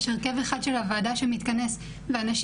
יש הרכב אחד של הוועדה שמתכנס ואנשים